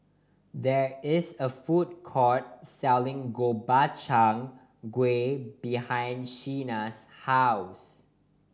there is a food court selling Gobchang Gui behind Shena's house